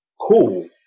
Cool